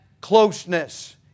closeness